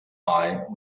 eye